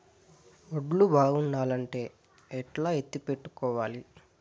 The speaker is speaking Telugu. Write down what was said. వడ్లు బాగుండాలంటే ఎట్లా ఎత్తిపెట్టుకోవాలి?